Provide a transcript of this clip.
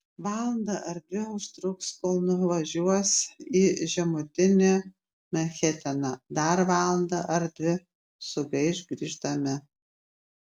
valandą ar dvi užtruks kol nuvažiuos į žemutinį manhataną dar valandą ar dvi sugaiš grįždami